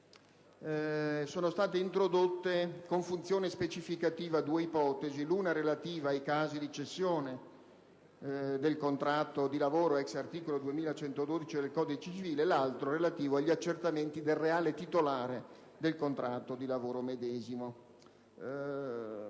sono state introdotte, con funzione specificativa, due ipotesi, l'una relativa ai casi di cessione del contratto di lavoro (*ex* articolo 2112 del codice civile), l'altro relativo agli accertamenti del reale titolare del contratto di lavoro medesimo.